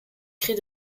cris